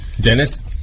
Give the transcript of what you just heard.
Dennis